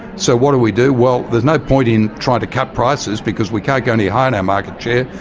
so what do we do? well, there's no point in trying to cut prices because we can't go any higher in our market share,